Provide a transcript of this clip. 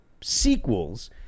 sequels